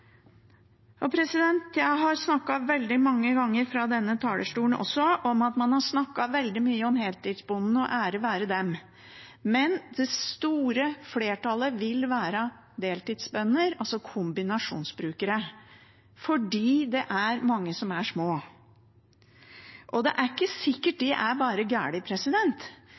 Jeg har snakket veldig mange ganger fra denne talerstolen om at man har snakket veldig mye om heltidsbonden, og ære være dem. Men det store flertallet vil være deltidsbønder, altså kombinasjonsbrukere, fordi det er mange som er små. Det er ikke sikkert det er bare